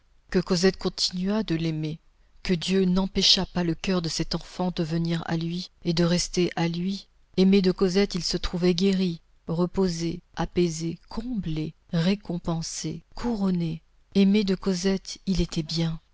que cosette continuât de l'aimer que dieu n'empêchât pas le coeur de cette enfant de venir à lui et de rester à lui aimé de cosette il se trouvait guéri reposé apaisé comblé récompensé couronné aimé de cosette il était bien